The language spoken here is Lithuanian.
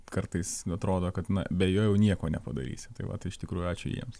kartais atrodo kad na be jo jau nieko nepadarysi tai vat tai iš tikrųjų ačiū jiems